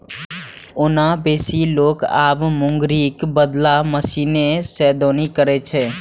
ओना बेसी लोक आब मूंगरीक बदला मशीने सं दौनी करै छै